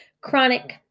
chronic